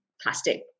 plastic